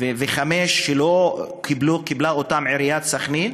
ועיריית סח'נין לא קיבלה אותן,